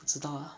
不知道 lah